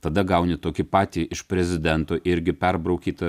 tada gauni tokį patį iš prezidento irgi perbraukytą